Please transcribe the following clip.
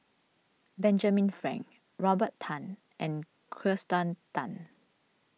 Benjamin Frank Robert Tan and Kirsten Tan